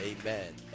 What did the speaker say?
Amen